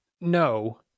No